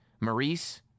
Maurice